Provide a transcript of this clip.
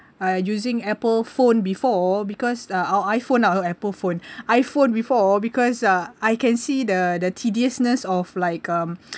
using Apple phone before because uh or I_phone lah what Apple phone I_phone before because uh I can see the the tediousness of like um